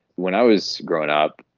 when i was growing up,